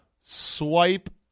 Swipe